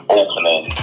opening